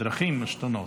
הדרכים משתנות.